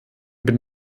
bin